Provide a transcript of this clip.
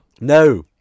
No